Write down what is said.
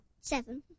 Seven